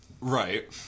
Right